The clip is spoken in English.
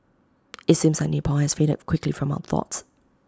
IT seems like Nepal has faded quickly from our thoughts